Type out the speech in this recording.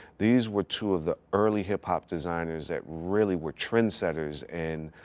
these were two of the early hip-hop designers that really were trendsetters and